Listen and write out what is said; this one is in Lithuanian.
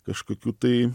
kažkokių tai